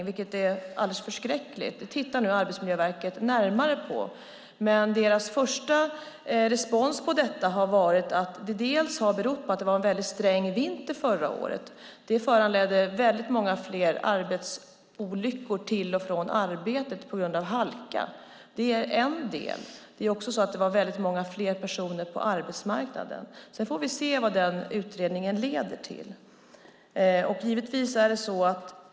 Det är alldeles förskräckligt. Arbetsmiljöverket tittar nu närmare på det. Deras första kommentar till detta är att det beror på att vi hade en väldigt sträng vinter förra året. Det föranledde många fler olyckor på väg till och från arbetet på grund av halka. Det var också många fler personer på arbetsmarknaden. Vi får se vad utredningen leder till.